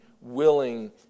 willing